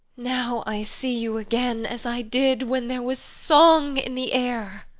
now i see you again as i did when there was song in the air!